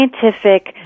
scientific